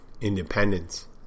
independence